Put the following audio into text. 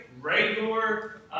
regular